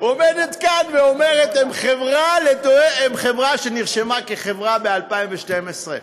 עומדת כאן ואומרת: חברה שנרשמה כחברה ב-2012.